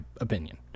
opinion